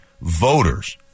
voters